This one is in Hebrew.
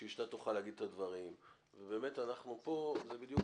בשביל שאתה תוכל להגיד את הדברים ובאמת פה זה בדיוק